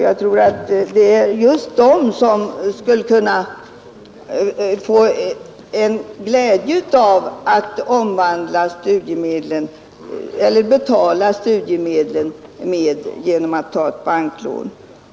Jag tror att det är just dessa som skulle få glädje av att betala studiemedlen genom att ta ett banklån.